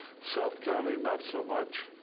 south county, not so much,